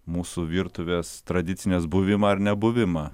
mūsų virtuvės tradicinės buvimą ar nebuvimą